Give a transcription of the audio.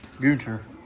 Gunter